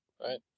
right